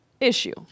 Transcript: issue